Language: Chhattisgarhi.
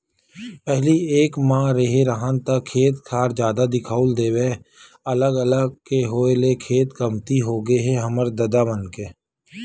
पहिली एक म रेहे राहन ता खेत खार जादा दिखउल देवय अलग अलग के होय ले खेत कमती होगे हे हमर ददा मन के